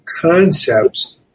concepts